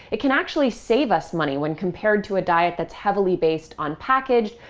it can actually save us money when compared to a diet that's heavily based on packaged,